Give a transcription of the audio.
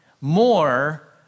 more